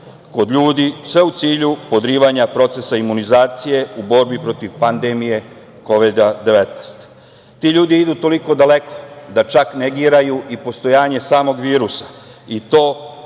kod ljudi, sve u cilju podrivanja procesa imunizacije u borbi protiv pandemije Kovida 19. Ti ljudi idu toliko daleko da čak i negiraju i postojanje samog virusa i to u